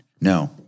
No